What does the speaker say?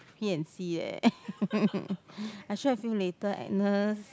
P and C eh actually I feel later Agnes